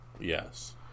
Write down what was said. yes